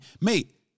Mate